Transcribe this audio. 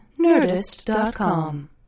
Nerdist.com